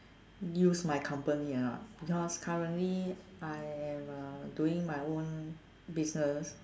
use my company or not because currently I am uh doing my own business